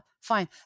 fine